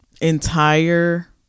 entire